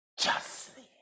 justly